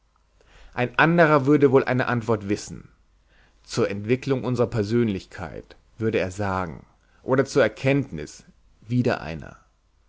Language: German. ein anderer würde wohl eine antwort wissen zur entwicklung unserer persönlichkeit würde er sagen oder zur erkenntnis wieder einer